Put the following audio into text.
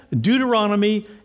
Deuteronomy